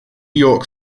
york